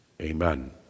Amen